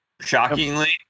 shockingly